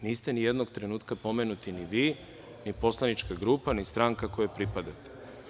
Niste nijednog trenutka pomenuti ni vi, ni poslanička grupa, ni stranka kojoj pripadate.